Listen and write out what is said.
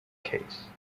case